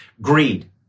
Greed